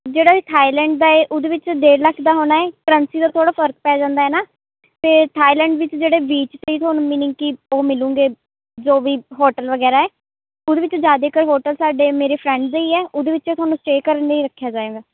ਜਿਹੜਾ ਥਾਈਲੈਂਡ ਦਾ ਏ ਉਹਦੇ ਵਿੱਚ ਡੇਢ ਲੱਖ ਦਾ ਹੋਣਾ ਏ ਕਰੰਸੀ ਦਾ ਥੋੜ੍ਹਾ ਫਰਕ ਪੈ ਜਾਂਦਾ ਏ ਨਾ ਅਤੇ ਥਾਈਲੈਂਡ ਵਿੱਚ ਜਿਹੜੇ ਬੀਚ 'ਤੇ ਤੁਹਾਨੂੰ ਮੀਨਿੰਗ ਕਿ ਉਹ ਮਿਲੂੰਗੇ ਜੋ ਵੀ ਹੋਟਲ ਵਗੈਰਾ ਏ ਉਹਦੇ ਵਿੱਚ ਜ਼ਿਆਦੇ ਕਰ ਹੋਟਲ ਸਾਡੇ ਮੇਰੇ ਫਰੈਂਡਸ ਦੇ ਹੀ ਹੈ ਉਹਦੇ ਵਿੱਚ ਤੁਹਾਨੂੰ ਸਟੇਅ ਕਰਨ ਲਈ ਰੱਖਿਆ ਜਾਏਗਾ